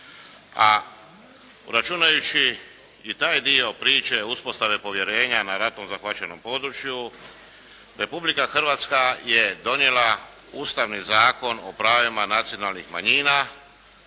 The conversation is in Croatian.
a računajući i taj dio priče uspostave povjerenja na ratom zahvaćenom području Republika Hrvatska je donijela Ustavni zakon o pravima nacionalnih manjina